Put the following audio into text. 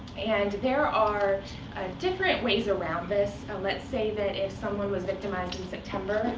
and there are ah different ways around this. let's say that if someone was victimized in september,